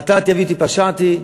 חטאתי, עוויתי, פשעתי.